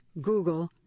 Google